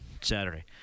Saturday